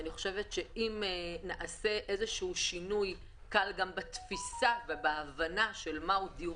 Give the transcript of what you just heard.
אם נעשה איזה שהוא שינוי קל בתפישה ובהבנה של מה הוא דיור